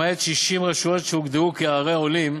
למעט ב-60 רשויות שהוגדרו כערי עולים,